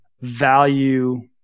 value